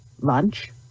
lunch